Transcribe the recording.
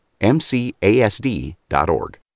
MCASD.org